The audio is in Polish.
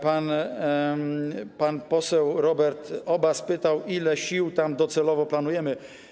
Pan poseł Robert Obaz pytał, ile sił tam docelowo planujemy.